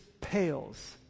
pales